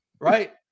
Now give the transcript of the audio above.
right